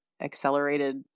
accelerated